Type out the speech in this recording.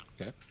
Okay